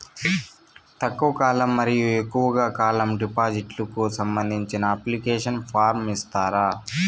తక్కువ కాలం మరియు ఎక్కువగా కాలం డిపాజిట్లు కు సంబంధించిన అప్లికేషన్ ఫార్మ్ ఇస్తారా?